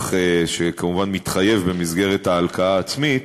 שכמובן מתחייב במסגרת ההלקאה העצמית,